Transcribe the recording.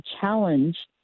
challenge